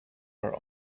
our